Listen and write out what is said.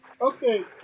Okay